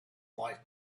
light